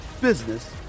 business